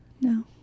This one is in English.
No